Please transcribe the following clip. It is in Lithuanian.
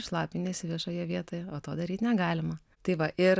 šlapiniesi viešoje vietoje o to daryt negalima tai va ir